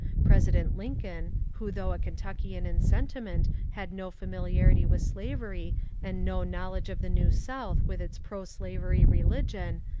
president lincoln, who though a kentuckian in sentiment had no famil iarity with slavery and no knowledge of the new south with its proslavery religion,